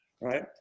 Right